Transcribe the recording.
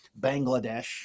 Bangladesh